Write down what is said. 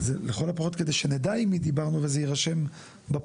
לכל הפחות כדי שנדע עם מי דיברנו וכדי שזה יירשם בפרוטוקול.